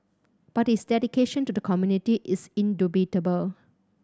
but his dedication to the community is indubitable